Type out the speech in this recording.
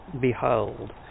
behold